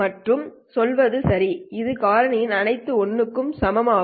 நீங்கள் சொல்வது சரி இந்த காரணிகள் அனைத்தும் 1 க்கு சமம் ஆகும்